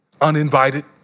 uninvited